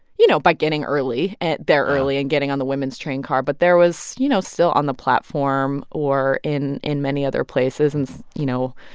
you know, by getting early and there early. yeah. and getting on the women's train car. but there was, you know, still on the platform or in in many other places and, you know,